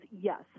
yes